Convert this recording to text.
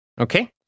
Okay